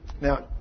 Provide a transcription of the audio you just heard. Now